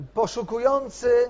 poszukujący